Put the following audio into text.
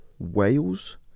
Wales